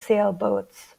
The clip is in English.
sailboats